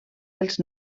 dels